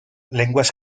lenguas